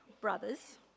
brothers